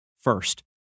First